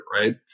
right